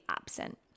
absent